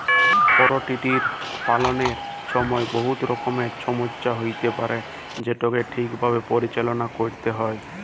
poultry পাললের ছময় বহুত রকমের ছমচ্যা হ্যইতে পারে যেটকে ঠিকভাবে পরিচাললা ক্যইরতে হ্যয়